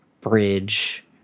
bridge